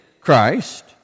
Christ